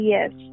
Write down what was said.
Yes